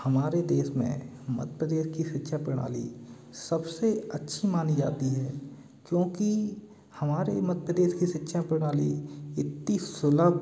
हमारे देश में मध्य प्रदेश की शिक्षा प्रणाली सबसे अच्छी मानी जाती है क्योंकि हमारे मध्य प्रदेश की शिक्षा प्रणाली इतनी सुलभ